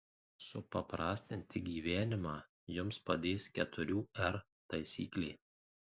supaprastinti gyvenimą jums padės keturių r taisyklė